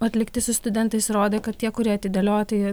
atlikti su studentais rodė kad tie kurie atidėliojo tai